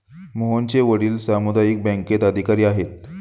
मोहनचे वडील सामुदायिक बँकेत अधिकारी आहेत